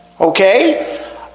okay